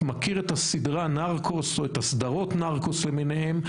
מכיר את הסדרה נרקוס או את סדרות נרקוס למיניהן,